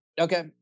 okay